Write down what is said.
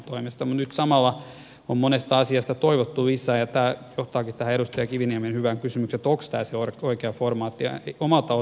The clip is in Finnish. mutta nyt samalla on monesta asiasta toivottu lisää ja tämä johtaakin edustaja kiviniemen hyvään kysymykseen siitä onko tämä se oikea formaatti